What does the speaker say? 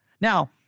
Now